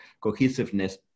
cohesiveness